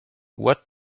what